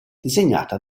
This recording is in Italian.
disegnata